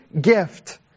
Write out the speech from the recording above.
gift